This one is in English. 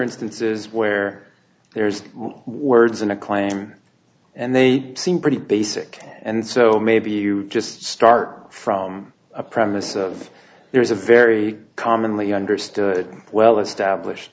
instances where there's words in a claim and they seem pretty basic and so maybe you just start from a premise of there's a very commonly understood well established